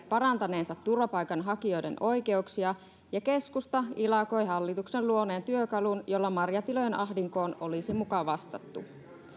parantaneensa turvapaikanhakijoiden oikeuksia ja keskusta ilakoi hallituksen luoneen työkalun jolla marjatilojen ahdinkoon olisi muka vastattu